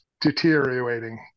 deteriorating